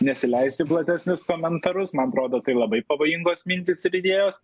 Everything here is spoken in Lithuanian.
nesileisiu į platesnius komentarus man atrodo tai labai pavojingos mintys ir idėjos